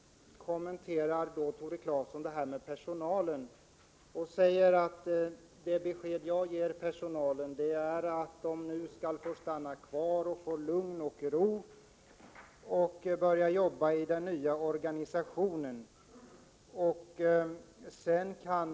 Tore Claeson gjorde en kommentar om personalen. Han vill ge beskedet till personalen att man nu skall få stanna kvar i Stockholm, att man skall få lugn och ro och att man nu kan börja jobba i den nya organisationen.